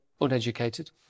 uneducated